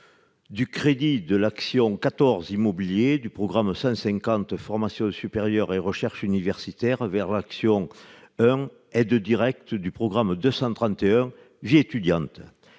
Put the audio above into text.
de crédits de l'action n° 14, Immobilier, du programme 150 « Formations supérieures et recherche universitaire », vers l'action n° 01, Aides directes, du programme 231 « Vie étudiante